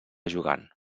jugant